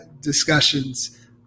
discussions